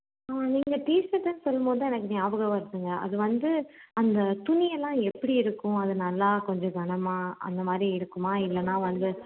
நீங்கள் டிஷர்ட்டுன்னு சொல்லும் போதுதான் எனக்கு ஞாபகம் வருதுங்க அது வந்து அந்த துணி எல்லாம் எப்படி இருக்கும் அது நல்லா கொஞ்சம் கணமாக அந்தமாதிரி இருக்குமா இல்லைனா வந்து